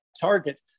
target